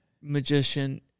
magician